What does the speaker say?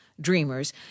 Dreamers